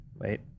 wait